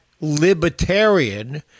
libertarian